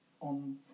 on